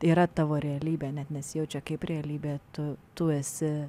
yra tavo realybė net nesijaučia kaip realybė tu tu esi